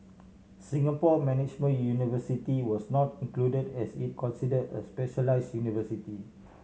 Singapore Management University was not included as it considered a specialised university